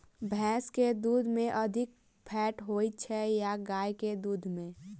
भैंस केँ दुध मे अधिक फैट होइ छैय या गाय केँ दुध में?